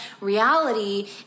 Reality